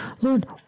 Lord